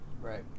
Right